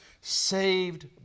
saved